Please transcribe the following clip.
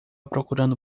procurando